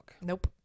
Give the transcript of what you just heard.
Nope